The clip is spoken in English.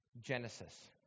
Genesis